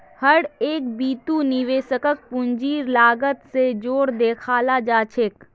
हर एक बितु निवेशकक पूंजीर लागत स जोर देखाला जा छेक